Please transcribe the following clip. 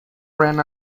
ran